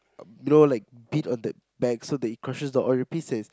you know like beat on the bag so that it crushes the Oreo pieces